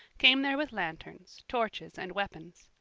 came there with lanterns, torches, and weapons.